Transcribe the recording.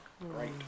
great